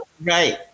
Right